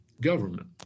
government